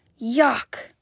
yuck